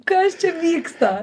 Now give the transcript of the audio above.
kas čia vyksta